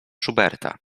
schuberta